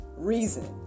Reason